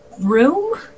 room